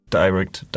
direct